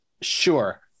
Sure